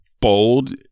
bold